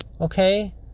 Okay